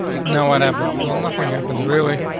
no. what happens? well, nothing happens. really?